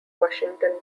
washington